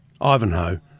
Ivanhoe